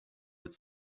its